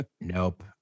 nope